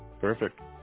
perfect